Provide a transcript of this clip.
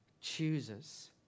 chooses